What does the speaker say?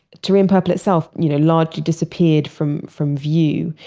tyrian purple itself you know largely disappeared from from view.